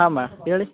ಹಾಂ ಮಾ ಹೇಳಿ